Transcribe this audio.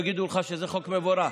יגידו לך שזה חוק מבורך.